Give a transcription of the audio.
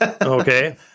okay